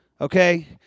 okay